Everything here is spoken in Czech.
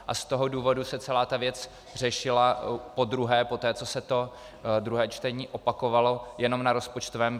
A z toho důvodu se celá ta věc řešila podruhé poté, co se to druhé čtení opakovalo, jenom na rozpočtovém.